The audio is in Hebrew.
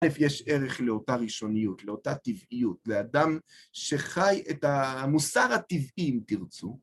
יש ערך לאותה ראשוניות, לאותה טבעיות, לאדם שחי את המוסר הטבעי, אם תרצו.